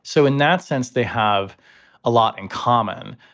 so in that sense, they have a lot in common.